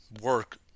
work